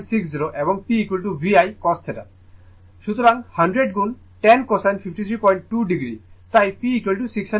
সুতরাং 100 গুণ 10 cosine 532o তাই P600 ওয়াট